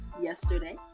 yesterday